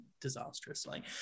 disastrously